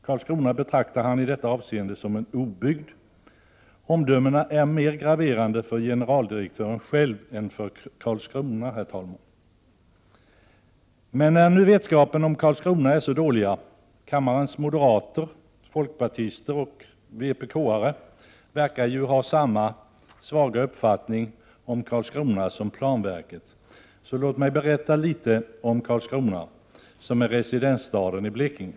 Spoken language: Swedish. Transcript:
Karlskrona betraktar han i detta avseende som en obygd. Omdömena är mer graverande för generaldirektören själv än för Karlskrona. När nu kunskapen om Karlskrona är så dålig — kammarens moderater, folkpartister och vpk-are verkar ju ha samma svaga uppfattning om Karlskrona som planverket — vill jag berätta litet om Karlskrona, som är residensstaden i Blekinge.